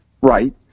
right